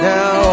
Now